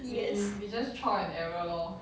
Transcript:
yes